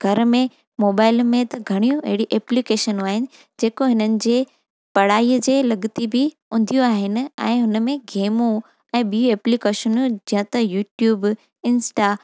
घर में मोबाइल में त घणियूं अहिड़ी एप्लीकेशनूं आहिनि जेको इन्हनि जे पढ़ाई जे लॻती बि हूंदियूं आहिन ऐं हुन में गेमू ऐं ॿीं एप्लीकेशनूं या त यूट्यूब इंस्टा